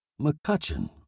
McCutcheon